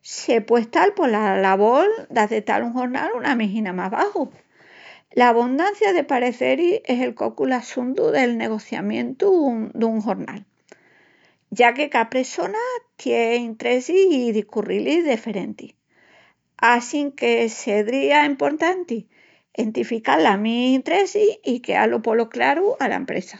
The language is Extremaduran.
se pue estal pola lavol d'acetal un jornal una mijina más baxu. La abondancia de parecelis es el cocu l'assuntu nel negociamientu dun jornal, ya que ca pressona tie interessis i discurrilis deferentis. Assínque sedría emportanti entifical las mis interessis i queá-lus polo cralu ala impresa.